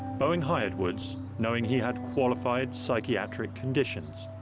boeing hired woods knowing he had qualified pschiatric conditions